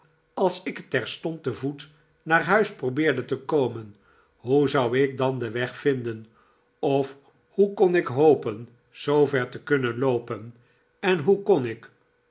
als ik terstond te voet naar huis probeerde te komen hoe zou ik dan den weg vinden of hoe kon ik hopen zoover te kunnen loopen en hoe kon ik